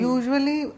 Usually